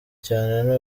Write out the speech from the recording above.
cyane